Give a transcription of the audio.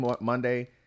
Monday